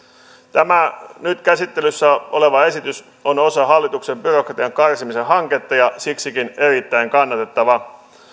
tämä nyt käsittelyssä oleva esitys on osa hallituksen byrokratiankarsimisen hanketta ja siksikin erittäin kannatettava